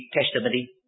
testimony